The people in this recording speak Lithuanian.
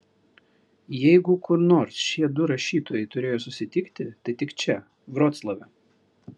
jeigu kur nors šie du rašytojai turėjo susitikti tai tik čia vroclave